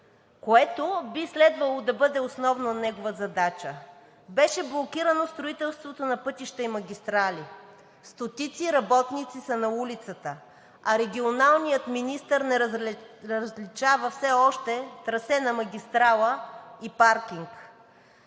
което би следвало да бъде основна негова задача. Беше блокирано строителството на пътища и магистрали. Стотици работници са на улицата, а регионалният министър не различава все още трасе на магистрала и паркинг.